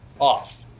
off